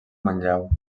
manlleu